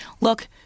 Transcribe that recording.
Look